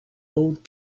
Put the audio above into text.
old